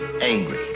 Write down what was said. angry